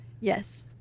Yes